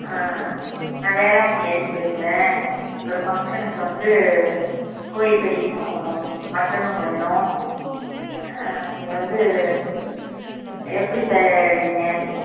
ஆ நான் வேளாங்கண்ணிலருந்து பேசுகிறேன் ஒரு ஃபங்க்ஷனுக்கு வந்து கோழிக்கறியும் மட்டனும் வேணும் ஆ நீங்கள் வந்து எப்படி தருவிங்க